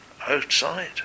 outside